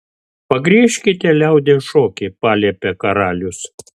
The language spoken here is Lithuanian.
pagriežkite liaudies šokį paliepė karalius